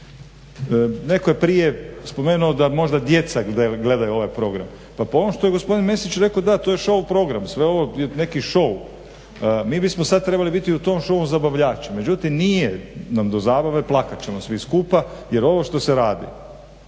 Netko je prije spomenuo da možda djeca gledaju ovaj program. Pa po ovome što je gospodin Mesić rekao da to je shou program, sve ovo je neki shou. Mi bismo sada trebali biti u tom shou zabavljači, međutim nije nam do zabave plakat ćemo svi skupa jer ovo što se radi